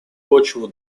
почву